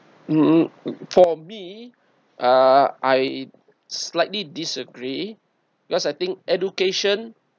um for me uh I slightly disagree because I think education